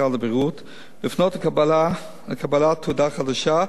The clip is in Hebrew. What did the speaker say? לפנות לקבלת תעודה חדשה על-פי החוק,